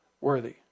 worthy